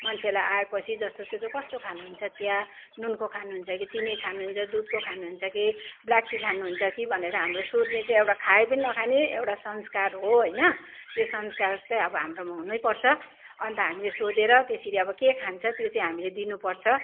मान्छेलाई आए पछि जस्तो सुकै कस्तो खानु हुन्छ चिया नुनको खानु हुन्छ कि चिनीको खानु हुन्छ दुधको खानु हुन्छ कि ब्ल्याक टी खानु हुन्छ कि भनेर हाम्रो सोध्ने चाहिँ एउटा खाए पनि नखाने एउटा संस्कार हो होइन त्यो संस्कार चाहिँ अब हाम्रोमा हुनै पर्छ अन्त हामीले सोधेर त्यसरी अब के खान्छ त्यो चाहिँ हामीले दिनु पर्छ